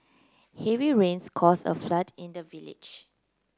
heavy rains caused a flood in the village